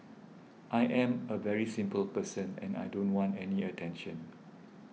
I am a very simple person and I don't want any attention